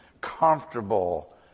comfortable